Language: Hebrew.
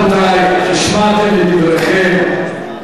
רבותי, השמעתם את דבריכם.